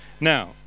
Now